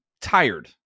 tired